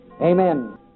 Amen